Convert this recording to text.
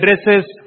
addresses